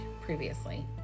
previously